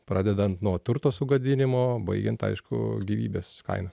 pradedant nuo turto sugadinimo baigiant aišku gyvybės kaina